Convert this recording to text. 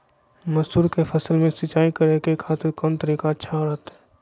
मसूर के फसल में सिंचाई करे खातिर कौन तरीका अच्छा रहतय?